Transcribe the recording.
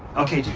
ok, dude,